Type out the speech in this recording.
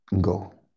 go